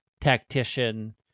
tactician